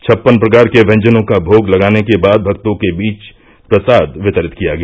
छप्पन प्रकार के व्यजनों का भोग लगाने के बाद भक्तों के बीच प्रसाद वितरित किया गया